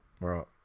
right